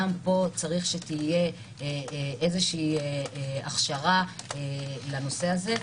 גם פה צריכה להיות איזושהי הכשרה לנושא הזה,